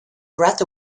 breath